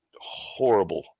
horrible